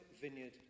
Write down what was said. Vineyard